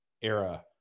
era